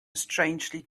strangely